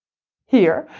here,